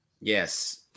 Yes